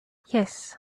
yes